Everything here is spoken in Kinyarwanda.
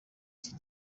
iki